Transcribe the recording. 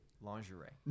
lingerie